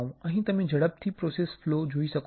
અહીં તમે ઝડપથી પ્રોસેસ ફ્લો જોઈ શકો છો